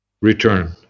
Return